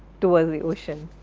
towards the ocean,